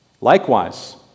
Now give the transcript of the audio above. Likewise